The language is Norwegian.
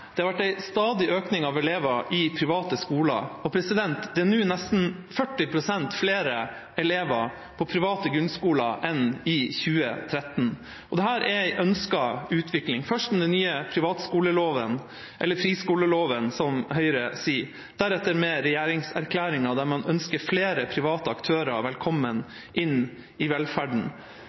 Det har vært en stadig økning av elever i private skoler; det er nå nesten 40 pst. flere elever i private grunnskoler enn i 2013. Og dette er en ønsket utvikling – først med den nye privatskoleloven, eller friskoleloven, som Høyre sier, deretter med regjeringserklæringen, der man ønsker flere private aktører velkommen inn i velferden.